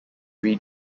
reed